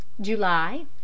July